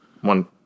one